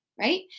right